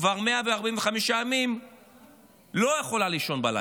כבר 145 ימים לא יכולה לישון בלילה?